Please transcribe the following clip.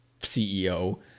CEO